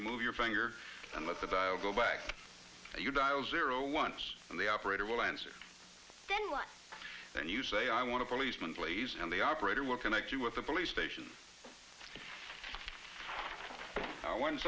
remove your finger and let the dial go back you dial zero once and the operator will answer then you say i want to policeman plays and the operator will connect you with the police station